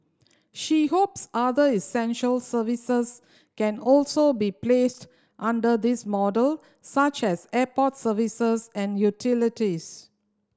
she hopes other essential services can also be placed under this model such as airport services and utilities